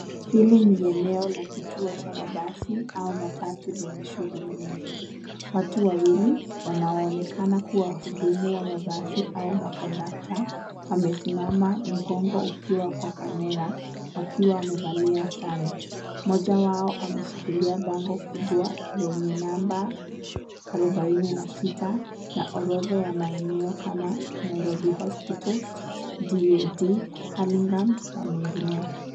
Hili ni eneo la kituo cha mabasi au matatu lenye shughuli nyingi. Watu wawili wanaonekana kuwa wahudumu wa mabasi au kondakta wamesimama mgongo ukiwa kwa kamera wakiwa wamevalia sare. Mmoja wao ameshikilia bango kubwa lenye namba arobaini na sita na orodha ya maeneo kama Nairobi Hospital, DoD, Hurlingham, na mengineo.